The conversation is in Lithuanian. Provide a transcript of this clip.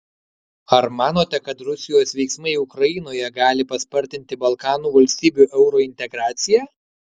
ar manote kad rusijos veiksmai ukrainoje gali paspartinti balkanų valstybių eurointegraciją